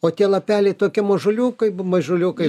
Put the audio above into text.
o tie lapeliai tokie mažuliukai mažuliukai